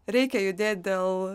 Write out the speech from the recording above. reikia judėt dėl